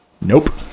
Nope